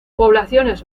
poblaciones